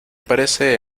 parece